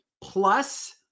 plus